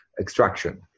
extraction